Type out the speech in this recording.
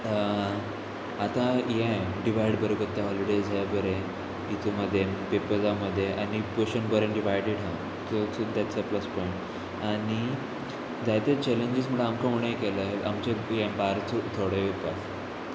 आतां हें डिवायड बरें करता हॉलिडेज बरें इतू मदें पेपर्सा मदें आनी पोर्शन बरें डिवायडीड आहा सो सुद्दां तेच प्लस पॉयंट आनी जायते चॅलेंजीस म्हळ्यार आमकां उणें केला आमचे हें भायरचो थोडे येवपाक